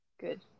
Good